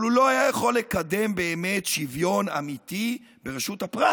הוא לא היה יכול לקדם שוויון אמיתי ברשות הפרט.